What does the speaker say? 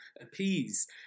appease